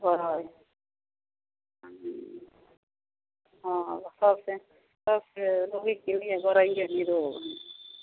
गरै हँ सबसँ सबसँ रोगीके गरैए निरोग